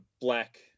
black